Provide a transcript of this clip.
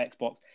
Xbox